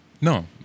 No